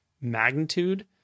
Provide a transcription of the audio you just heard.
magnitude